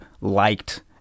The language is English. liked